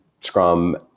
Scrum